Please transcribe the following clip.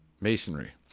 masonry